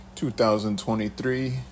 2023